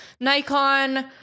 Nikon